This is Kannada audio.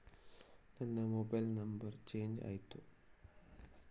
ನನ್ನ ಮೊಬೈಲ್ ನಂಬರ್ ಚೇಂಜ್ ಆಯ್ತಾ?